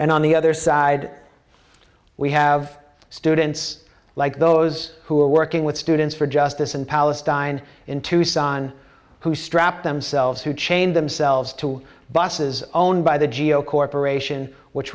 and on the other side we have students like those who are working with students for justice in palestine in tucson who strap themselves who chained themselves to buses owned by the geo corporation which